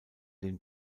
den